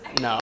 No